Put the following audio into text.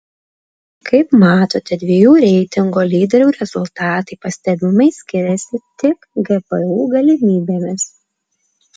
kaip matote dviejų reitingo lyderių rezultatai pastebimai skiriasi tik gpu galimybėmis